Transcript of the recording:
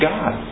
God